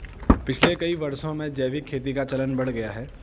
पिछले कई वर्षों में जैविक खेती का चलन बढ़ गया है